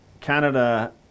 Canada